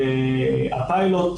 הפיילוט,